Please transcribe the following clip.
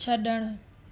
छॾणु